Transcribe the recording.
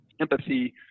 empathy